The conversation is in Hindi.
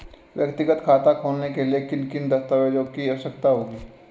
व्यक्तिगत खाता खोलने के लिए किन किन दस्तावेज़ों की आवश्यकता होगी?